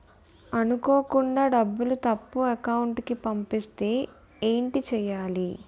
అనుకోకుండా డబ్బులు తప్పు అకౌంట్ కి పంపిస్తే ఏంటి చెయ్యాలి?